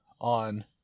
on